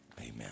Amen